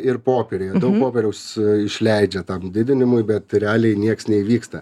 ir popieriuje daug popieriaus išleidžia tam didinimui bet realiai nieks neįvyksta